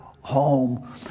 home